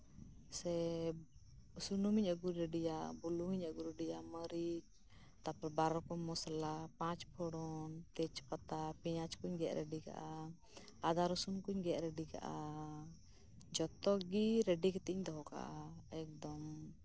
ᱥᱮ ᱥᱩᱱᱩᱢᱤᱧ ᱟᱹᱜᱩ ᱨᱮᱰᱤᱭᱟ ᱵᱩᱞᱩᱝ ᱦᱚᱸᱧ ᱟᱹᱜᱩ ᱨᱮᱰᱤᱭᱟ ᱢᱟᱨᱩᱪ ᱛᱟᱨᱯᱚᱨ ᱵᱟᱨ ᱨᱚᱠᱚᱢ ᱢᱚᱥᱞᱟ ᱯᱟᱸᱪ ᱯᱷᱚᱲᱚᱱ ᱛᱮᱡ ᱯᱟᱛᱟ ᱯᱮᱸᱭᱟᱡ ᱠᱩᱧ ᱜᱮᱫ ᱨᱮᱰᱤ ᱠᱟᱜᱼᱟ ᱟᱫᱟ ᱨᱚᱥᱩᱱ ᱠᱩᱧ ᱜᱮᱫ ᱨᱮᱰᱤ ᱠᱟᱜᱼᱟ ᱡᱚᱛᱚ ᱜᱮ ᱨᱮᱰᱤ ᱠᱟᱛᱮ ᱤᱧ ᱫᱚᱦᱚ ᱠᱟᱜᱼᱟ ᱮᱠᱫᱚᱢ